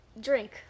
drink